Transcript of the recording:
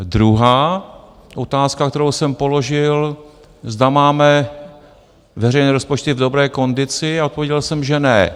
Druhá otázka, kterou jsem položil, zda máme veřejné rozpočty v dobré kondici a odpověděl jsem, že ne.